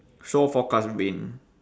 shore forecast wind